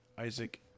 Isaac